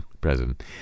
president